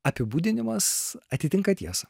apibūdinimas atitinka tiesą